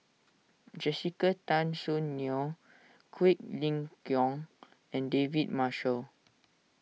Jessica Tan Soon Neo Quek Ling Kiong and David Marshall